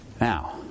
Now